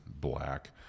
black